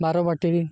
Barabati